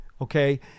Okay